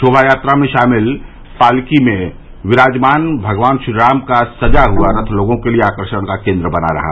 शोभा यात्रा में शामिल पालकी में विराजमान भगवान श्रीराम का सजा हुआ रथ लोगों के लिये आकर्षण का केन्द्र बना रहा